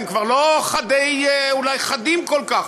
הם אולי כבר לא חדים כל כך,